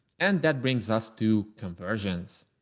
and that brings us to conversions.